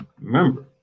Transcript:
Remember